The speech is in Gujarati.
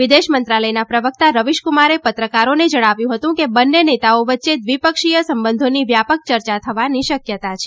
વિદેશ મંત્રાલયના પ્રવક્તા રવિશ કુમારે પત્રકારોને જણાવ્યું હતું કે બંને નેતાઓ વચ્ચે દ્વિપક્ષીય સંબંધોની વ્યાપક ચર્ચા થવાની શક્યતા છે